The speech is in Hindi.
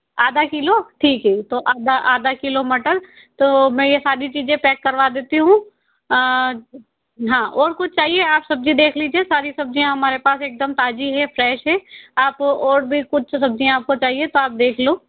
आधा किलो ठीक है तो अब आधा किलो मटर तो मैं ये सारी चीज़ें पैक करवा देती हूँ हाँ और कुछ चाहिए आप सब्जी देख लीजिए सारी सब्जियाँ हमारे पास एकदम ताज़ी है फ्रेश है आपको और भी कुछ सब्जियाँ आपको चाहिए तो आप देख लो